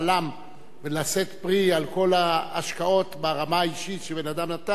ולשאת פרי על כל ההשקעות ברמה האישית שבן-האדם נתן,